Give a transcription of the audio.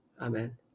Amen